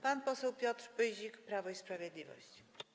Pan poseł Piotr Pyzik, Prawo i Sprawiedliwość.